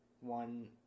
one